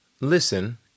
Listen